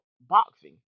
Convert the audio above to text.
boxing